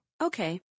Okay